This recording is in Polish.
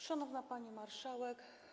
Szanowna Pani Marszałek!